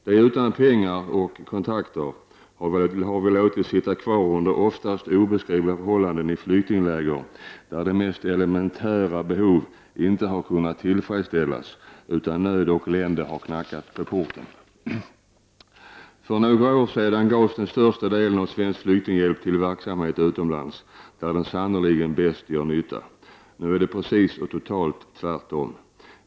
De utan pengar och utan kontakter har vi låtit sitta kvar under ofta obeskrivliga förhållanden i flyktingläger, där de mest elementära behoven inte har kunnat tillfredsställas, utan där nöd och elände har knackat på porten. För några år sedan gavs den största delen av svensk flyktinghjälp till verksamhet utomlands, där den sannerligen gör bäst nytta. Nu är det precis och totalt tvärtom.